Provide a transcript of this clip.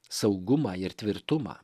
saugumą ir tvirtumą